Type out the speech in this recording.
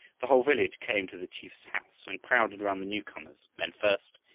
the whole village came to the chief's house and crowded round the newcomers, men first,